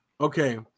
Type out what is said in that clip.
Okay